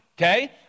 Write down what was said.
okay